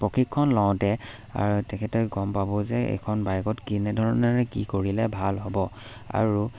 প্ৰশিক্ষণ লওঁতে তেখেতে গম পাব যে এইখন বাইকত কেনেধৰণেৰে কি কৰিলে ভাল হ'ব আৰু